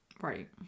Right